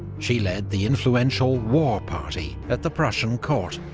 she led the influential war party at the prussian court.